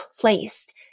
placed